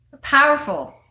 Powerful